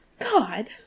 God